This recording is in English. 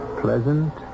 pleasant